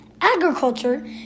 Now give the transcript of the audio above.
Agriculture